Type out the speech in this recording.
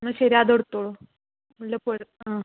ആ ശരി അതും എടുത്തോളൂ മുല്ലപ്പൂ അത് ആ